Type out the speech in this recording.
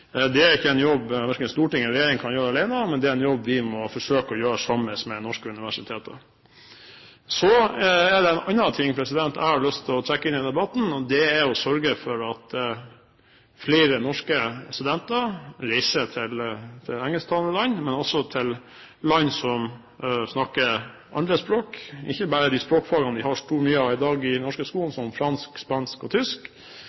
Det er en jobb som verken storting eller regjering kan gjøre alene, men det er en jobb vi må forsøke å gjøre sammen med norske universiteter. Så er det noe annet jeg har lyst til å trekke inn i debatten, og det er å sørge for at flere norske studenter reiser til engelsktalende land, også til land som snakker andre språk, ikke bare de språkene vi har mye av i den norske skolen i dag, som fransk, spansk og tysk,